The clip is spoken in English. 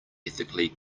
ethically